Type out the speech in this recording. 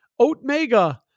Oatmega